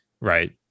Right